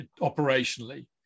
operationally